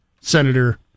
senator